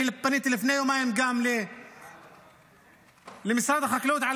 פניתי לפני יומיים למשרד החקלאות על